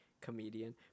comedian